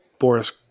Boris